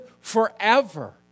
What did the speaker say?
forever